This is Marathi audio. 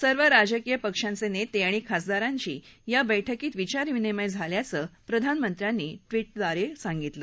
सर्व राजकीय पक्षांचे नेते आणि खासदारांशी या बैठकीत विचारविनिमय झाल्याचं प्रधानमंत्र्यांनी ट्विटद्वारे सांगितलं